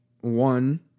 one